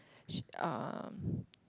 she uh